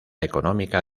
económica